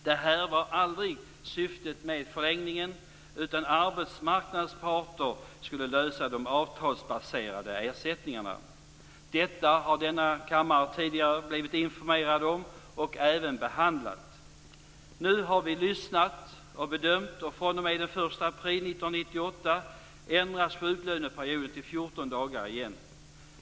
Det här var aldrig syftet med förlängningen, utan arbetsmarknadens parter skulle lösa de avtalsbaserade ersättningarna. Detta har denna kammare tidigare blivit informerad om och även behandlat. Nu har vi lyssnat och bedömt, och fr.o.m. den 1 april 1998 ändras sjuklöneperioden till 14 dagar igen.